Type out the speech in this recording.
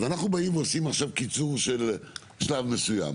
אנחנו באים ועושים עכשיו קיצור של שלב מסוים,